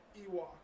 Ewok